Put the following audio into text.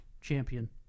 champion